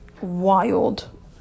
wild